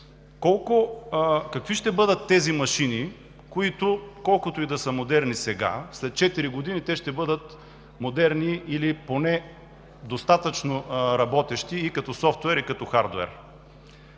какви ще бъдат тези машини, които колкото и да са модерни сега, след четири години ще бъдат модерни или поне достатъчно работещи и като софтуер, и като хардуер?